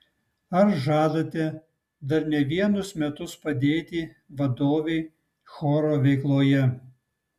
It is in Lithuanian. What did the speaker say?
ar žadate dar ne vienus metus padėti vadovei choro veikloje